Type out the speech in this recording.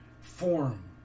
form